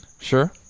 Sure